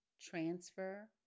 transfer